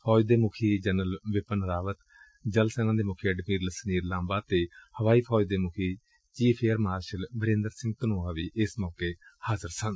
ਫੌਜ ਦੇ ਮੁੱਖੀ ਜਨਰਲ ਬਿਪਨ ਰਾਵਤ ਜਲ ਸੈਨਾ ਮੁੱਖੀ ਐਡਮਿਰਲ ਸੁਨੀਲ ਲਾਬਾ ਅਤੇ ਹਵਾਈ ਫੌਜ ਦੇ ਮੁੱਖੀ chief air marshal Birender Singh Dhanoa ਵੀ ਇਸ ਮੌਕੇ ਤੇ ਹਾਜ਼ਰ ਸਨ